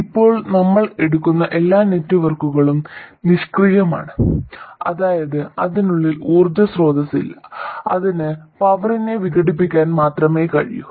ഇപ്പോൾ നമ്മൾ എടുക്കുന്ന എല്ലാ നെറ്റ്വർക്കുകളും നിഷ്ക്രിയമാണ് അതായത് അതിനുള്ളിൽ ഊർജ്ജ സ്രോതസ്സില്ല അതിന് പവറിനെ വിഘടിപ്പിക്കാൻ മാത്രമേ കഴിയൂ